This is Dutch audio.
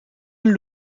een